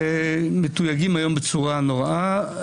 מתויגים היום בצורה נוראה.